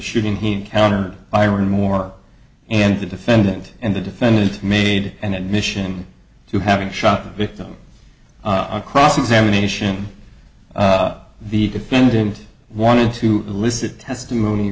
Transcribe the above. shooting he encountered byron moore and the defendant and the defendant made an admission to having shot a victim on cross examination the defendant wanted to elicit testimony